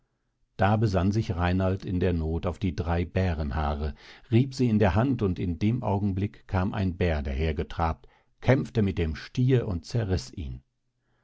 da besann sich reinald in der noth auf die drei bärenhaare rieb sie in der hand und in dem augenblick kam ein bär daher getrabt kämpfte mit dem stier und zerriß ihn